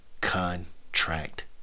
contract